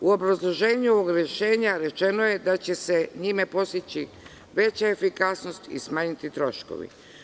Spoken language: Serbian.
U obrazloženju ovog rešenja rečeno je da se njime postići veća efikasnost i smanjiti troškovi.